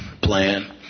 plan